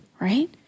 right